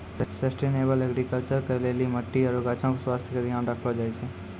sustainable agriculture करै लेली मट्टी आरु गाछो के स्वास्थ्य के ध्यान राखलो जाय छै